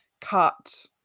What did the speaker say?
cut